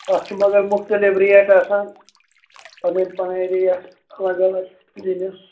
تَتھ چھُ مَگر مُختٔلِف ریٹ آسان پَنٕنۍ پَنٕنۍ ریٹ سوزانیٚس میٲنِس